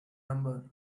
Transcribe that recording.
number